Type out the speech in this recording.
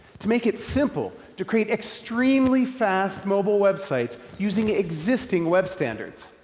to make it simple to create extremely fast mobile web sites using existing web standards.